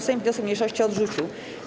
Sejm wniosek mniejszości odrzucił.